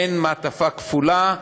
מעין מעטפה כפולה.